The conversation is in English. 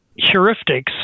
heuristics